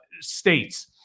states